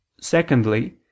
Secondly